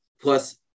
plus